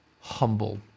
humble